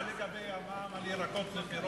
מה לגבי המע"מ על פירות וירקות?